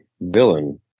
villain